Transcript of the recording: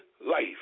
life